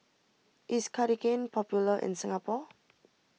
is Cartigain popular in Singapore